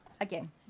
Again